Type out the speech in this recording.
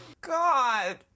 God